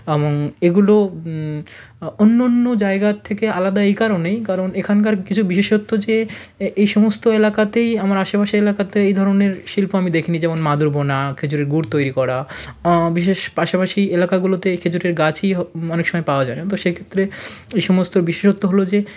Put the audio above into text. আবং এগুলো অন্য অন্য জায়গার থেকে আলাদা এই কারণেই কারণ এখানকার কিছু বিশেষত্ব যে এ এই সমস্ত এলাকাতেই আমার আশেপাশের এলাকাতে এই ধরনের শিল্প আমি দেখি নি যেমন মাদুর বোনা খেজুরে গুড় তৈরি করা বিশেষ পাশাপাশি এলাকাগুলোতে এই খেজুরের গাছই হ অনেক সময় পাওয়া যায় না তো সেক্ষেত্রে এ সমস্ত বিশেষত্ব হলো যে